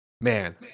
man